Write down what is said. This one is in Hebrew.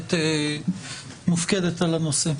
שמופקדת על הנושא.